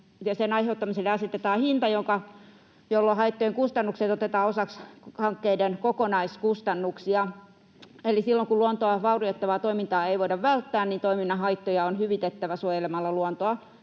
sen aiheuttamiselle asetetaan hinta, jolla haittojen kustannukset otetaan osaksi hankkeiden kokonaiskustannuksia. Eli silloin, kun luontoa vaurioittavaa toimintaa ei voida välttää, toiminnan haittoja on hyvitettävä suojelemalla luontoa